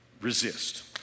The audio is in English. Resist